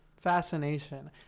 Fascination